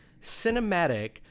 cinematic